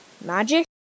Magic